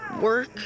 work